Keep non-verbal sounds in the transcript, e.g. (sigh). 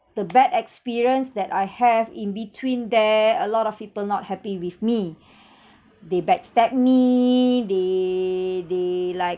the bad experience that I have in between there a lot of people not happy with me (breath) they backstabbed me they they like